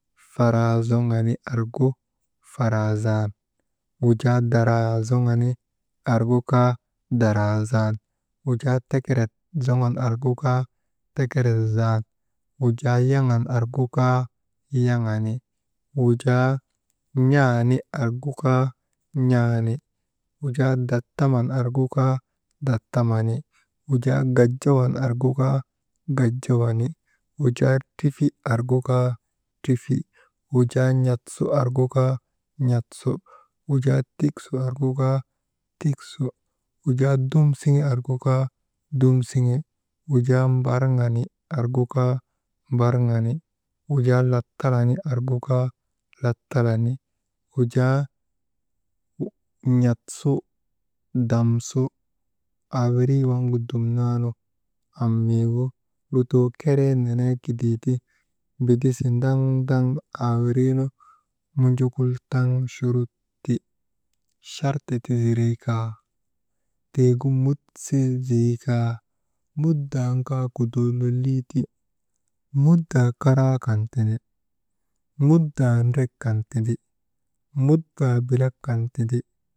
Faraa zoŋani argu faraa zan, wujaa daraa zoŋani, argu kaa daraa zan, wujaa tekeret zoŋani argu kaa tekeret zan, wujaa yaŋan argu kaa yaŋani, wujaa n̰aani argu kaa n̰aani, wujaa dattamani argu kaa dattamani, wujaa gajawan argu kaa gajawani, wujaa trifi argu kaa trifi, wujaa n̰at su argu kaa n̰at su, wujaa tik su argu kaa tik su, wujaa dum siŋe argu kaa dum siŋe, wujaa mbarŋan argu kaa mbarŋani, wujaa latalan argu kaa latalani, wujaa n̰at su, dam su, awirii waŋ dumnaanu am miigu lutoo keree kidii ti, mbidisi ndaŋ ndaŋ aa wiriinu munjukultaŋ churut ti, charta ti zirer kaa, tiigu mut ti ziikaa, mutdaa nu kaa kudoo lolii ti, mutdaa karaa kan tindi, mutdaa ndrek kan tindi, mutdaa bilak kan tindi.